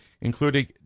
including